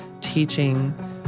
teaching